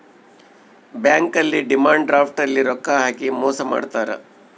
bank ಅಲ್ಲಿ demand draft ಅಲ್ಲಿ ರೊಕ್ಕ ಹಾಕಿ ಮೋಸ ಮಾಡ್ತಾರ